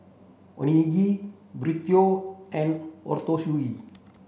Onigiri Burrito and Ootoro Sushi